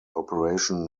operation